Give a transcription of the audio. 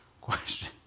question